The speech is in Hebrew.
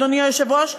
אדוני היושב-ראש,